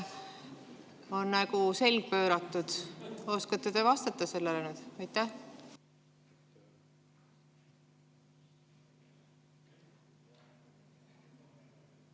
on selg pööratud. Oskate te vastata sellele?